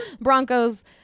Broncos